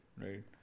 right